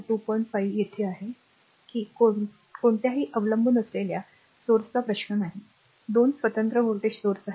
2 5 येथे आहे की कोणत्याही r अवलंबून असलेल्या स्रोताचा प्रश्न नाही 2 स्वतंत्र व्होल्टेज स्रोत आहेत